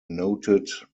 noted